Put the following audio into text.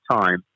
time